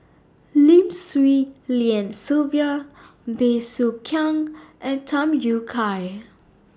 Lim Swee Lian Sylvia Bey Soo Khiang and Tham Yui Kai